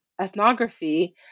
ethnography